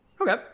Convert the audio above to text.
Okay